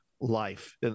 life